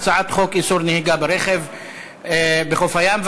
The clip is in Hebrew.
הצעת חוק איסור נהיגה ברכב בחוף הים (תיקון).